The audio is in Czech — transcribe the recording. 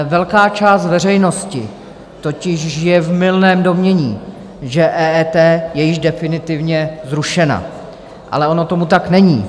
Velká část veřejnosti totiž žije v mylném domnění, že EET je již definitivně zrušeno, ale ono tomu tak není.